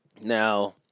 Now